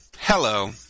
Hello